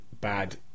bad